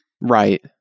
Right